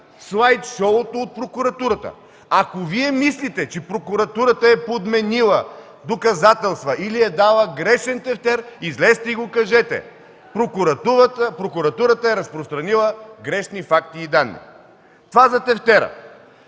слайдшоуто от прокуратурата. Ако Вие мислите, че прокуратурата е подменила доказателства или е дала грешен тефтер – излезте и кажете: „Прокуратурата е разпространила грешни факти и данни.” Това за тефтера.